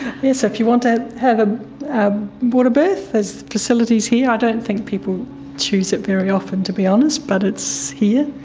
yes, so if you want to have a water birth, there's facilities here. i don't think people choose it very often, to be honest, but it's here.